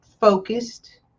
focused